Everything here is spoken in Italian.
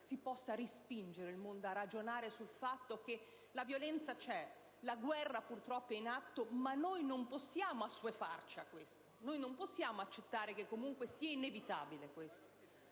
si possa spingere il mondo a ragionare sul fatto che la violenza c'è, la guerra purtroppo è in atto, ma noi non possiamo assuefarci a questo, non possiamo accettare che si tratti di